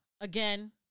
Again